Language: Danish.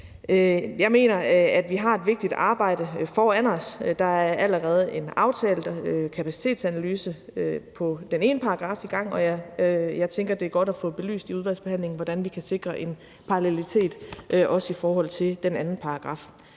Jeg mener, at vi har et vigtigt arbejde foran os, og der er allerede en kapacitetsanalyse på den ene paragraf i gang, og jeg tænker, det er godt at få belyst i udvalgsbehandlingen, hvordan vi kan sikre en parallelitet, også i forhold til den anden paragraf.